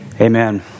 Amen